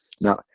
Now